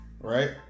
right